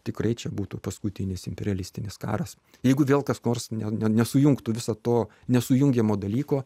tikrai čia būtų paskutinis imperialistinis karas jeigu vėl kas nors ne ne nesujungtų viso to nesujungiamo dalyko